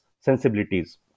sensibilities